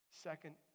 Second